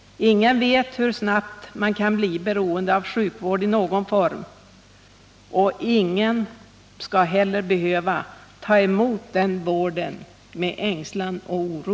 Ingen vet hur snabbt man kan bli beroende av sjukvård i någon form, och ingen skall heller behöva ta emot den vården med ängslan och oro.